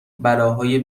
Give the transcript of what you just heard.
بلاهای